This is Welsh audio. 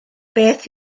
beth